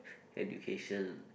education